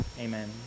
Amen